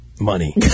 money